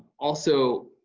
also,